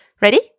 Ready